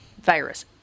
virus